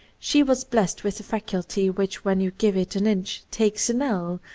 she was blessed with the faculty which when you give it an inch takes an ell,